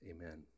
Amen